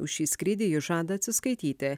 už šį skrydį jis žada atsiskaityti